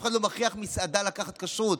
אף אחד לא מכריח מסעדה לקחת כשרות,